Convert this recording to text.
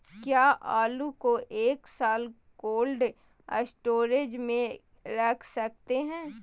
क्या आलू को एक साल कोल्ड स्टोरेज में रख सकते हैं?